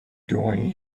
doing